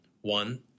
One